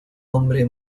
hombre